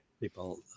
People